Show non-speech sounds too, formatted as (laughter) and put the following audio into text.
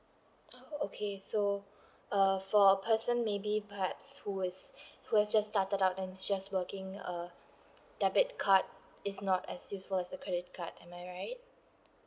ah okay so uh for a person maybe perhaps who is (breath) who has just started out and just working uh debit card is not as useful as a credit card am I right